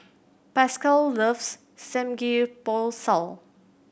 Pascal loves Samgeyopsal